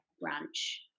branch